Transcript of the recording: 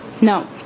no